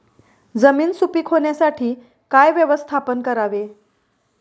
जमीन सुपीक होण्यासाठी काय व्यवस्थापन करावे?